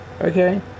okay